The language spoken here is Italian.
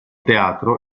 teatro